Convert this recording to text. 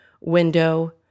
window